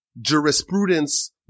jurisprudence